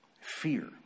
Fear